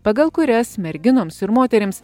pagal kurias merginoms ir moterims